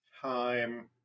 time